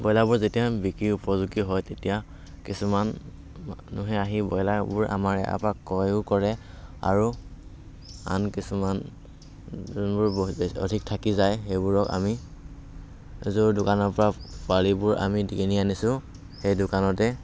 ব্ৰয়লাৰবোৰ যেতিয়া বিক্ৰীৰ উপযোগী হয় তেতিয়া কিছুমান মানুহে আহি ব্ৰয়লাৰবোৰ আমাৰ ইয়াৰ পৰা ক্ৰয়ো কৰে আৰু আন কিছুমান যোনবোৰ অধিক থাকি যায় সেইবোৰক আমি য'ৰ দোকানৰ পৰা পোৱালিবোৰ আমি কিনি আনিছোঁ সেই দোকানতে